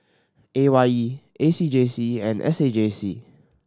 A Y E A C J C and S A J C